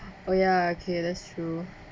oh ya okay that's true